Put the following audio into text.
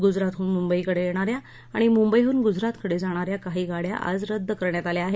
गुजरातहून मुंबईकडे येणाऱ्या आणि मुंबईहून गुजरात कडे जाणाऱ्या काही गाड्या आज रद्द करण्यात आल्या आहेत